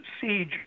siege